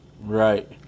Right